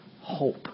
hope